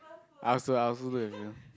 I also I also look at everyone